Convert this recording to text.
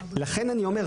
לכן אני אומר,